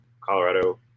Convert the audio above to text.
Colorado